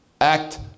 act